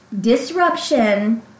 disruption